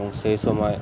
এবং সেই সময়